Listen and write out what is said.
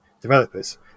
developers